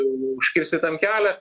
užkirsti tam kelią